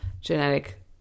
genetic